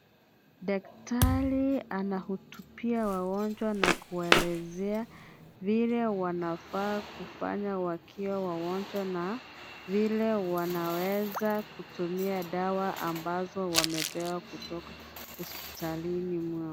Daktari anahutubia wagonjwa na kuwaelezea, vile wanafaa kufanya wakiwa wagonjwa na vile, wanaweza kutumia dawa ambazo wamepewa kutoka hospitalini mwao.